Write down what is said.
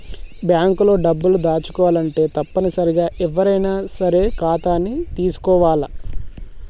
bank లో డబ్బులు దాచుకోవాలంటే తప్పనిసరిగా ఎవ్వరైనా సరే ఖాతాని తీసుకోవాల్ల